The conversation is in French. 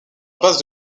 base